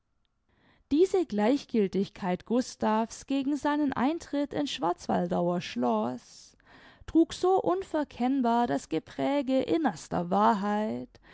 diese gleichgiltigkeit gustav's gegen seinen eintritt in's schwarzwaldauer schloß trug so unverkennbar das gepräge innerster wahrheit